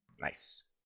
Nice